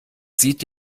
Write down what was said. sieht